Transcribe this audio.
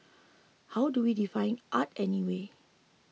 how do we define art anyway